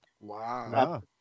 Wow